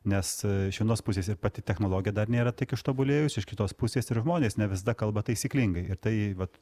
nes iš vienos pusės ir pati technologija dar nėra tiek ištobulėjus iš kitos pusės ir žmonės ne visada kalba taisyklingai ir tai vat